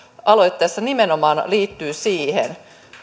aloitteessa nimenomaan liittyy siihen